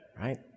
right